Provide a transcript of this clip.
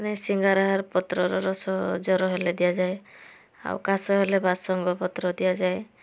ମାନେ ସିଙ୍ଗାରାହାର ପତ୍ରର ରସ ଜ୍ୱର ହେଲେ ଦିଆଯାଏ ଆଉ କାଶ ହେଲେ ବାସଙ୍ଗ ପତ୍ର ଦିଆଯାଏ